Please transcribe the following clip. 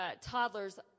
toddlers